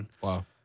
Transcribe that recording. Wow